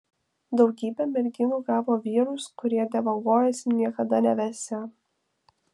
daugybė merginų gavo vyrus kurie dievagojosi niekada nevesią